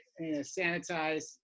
sanitize